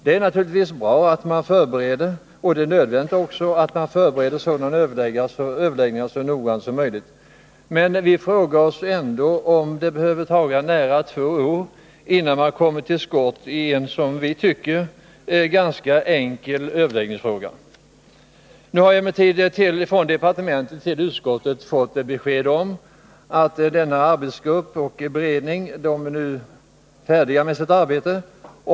Det är naturligtvis bra — och det är nödvändigt också — att man förbereder sådana 51 överläggningar så noggrant som möjligt. Men vi frågar oss ändå om det behöver ta nära två år innan man kommer till skott i en som vi tycker ganska enkel överläggningsfråga. Nu har emellertid vi i utskottet från departementet fått besked om att beredningen och arbetsgruppen är färdiga med sitt arbete.